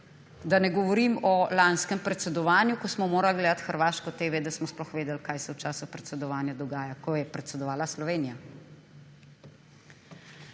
Da ne govorim o lanskem predsedovanju, ko smo morali gledati hrvaško TV, da smo sploh vedeli, kaj se v času predsedovanja dogaja, ko je predsedovala Slovenija.